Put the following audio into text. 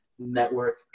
network